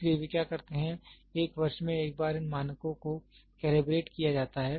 इसलिए वे क्या करते हैं एक वर्ष में एक बार इन मानकों को कैलिब्रेट किया जाता है